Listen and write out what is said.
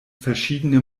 verschiedene